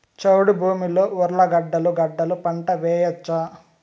చౌడు భూమిలో ఉర్లగడ్డలు గడ్డలు పంట వేయచ్చా?